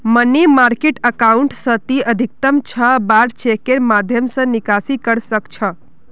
money market account स ती अधिकतम छह बार चेकेर माध्यम स निकासी कर सख छ